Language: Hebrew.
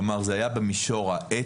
כלומר זה היה במישור האתי-ערכי,